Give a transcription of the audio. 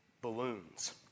balloons